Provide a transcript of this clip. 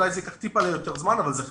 אולי זה ייקח קצת יותר זמן אבל זה חשוב.